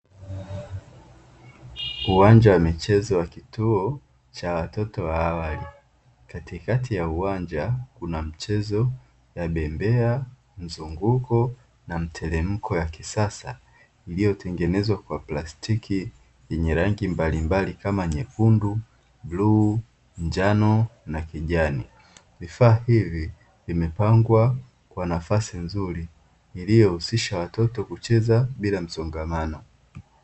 Uwanja wa michezo wa kituo cha watoto wa awali. Katikati ya uwanja kuna mchezo ya bembea, mzunguko na mteremko ya kisasa; iliyotengenezwa kwa plastiki yenye rangi mbalimbali kama nyekundu, bluu, njano na kijani. Vifaa hivi vimepangwa kwa nafasi nzuri iliyohusisha watoto kucheza bila msongamano.